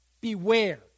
Beware